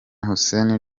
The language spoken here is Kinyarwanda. hussein